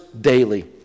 daily